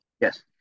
Yes